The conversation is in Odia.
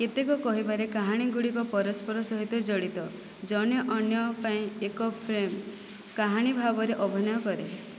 କେତେକ କହିବାରେ କାହାଣୀ ଗୁଡ଼ିକ ପରସ୍ପର ସହିତ ଜଡ଼ିତ ଜଣେ ଅନ୍ୟ ପାଇଁ ଏକ ଫ୍ରେମ୍ କାହାଣୀ ଭାବରେ ଅଭିନୟ କରେ